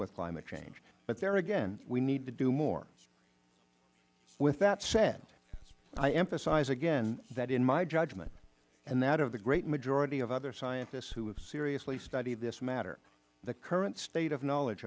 with climate change but there again we need to do more with that said i emphasize again that in my judgment and that of the great majority of other scientists who have seriously studied this matter the current state of knowledge